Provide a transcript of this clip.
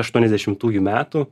aštuoniasdešimtųjų metų